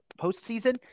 postseason